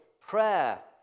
prayer